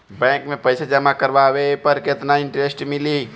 Bank में पईसा जमा करवाये पर केतना इन्टरेस्ट मिली?